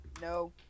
No